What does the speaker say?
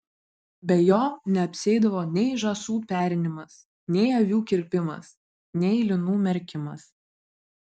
be jo neapsieidavo nei žąsų perinimas nei avių kirpimas nei linų merkimas